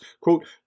quote